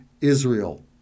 Israel